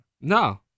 No